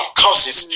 causes